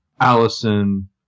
Allison